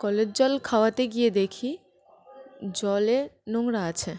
কলের জল খাওয়াতে গিয়ে দেখি জলে নোংরা আছে